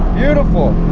beautiful.